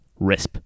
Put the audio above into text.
Risp